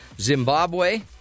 Zimbabwe